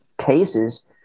cases